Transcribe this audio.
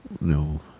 no